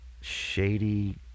shady